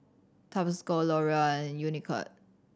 Tabasco L'Oreal and Unicurd